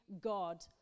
God